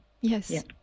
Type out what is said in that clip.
Yes